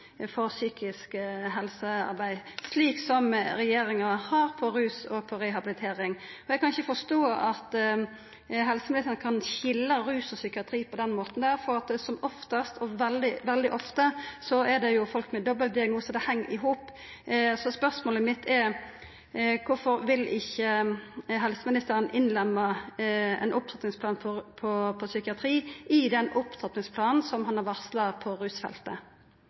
til psykisk helsearbeid, som regjeringa har på rus og rehabilitering. Eg kan ikkje forstå at helseministeren kan skilja rus og psykiatri på den måten, for veldig ofte er dette folk med dobbeltdiagnose. Dette heng i hop. Spørsmålet mitt er: Kvifor vil ikkje helseministeren innlemma ein opptrappingsplan for psykiatri i opptrappingsplanen han har varsla på rusfeltet?